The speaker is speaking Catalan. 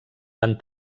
van